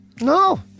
no